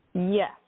Yes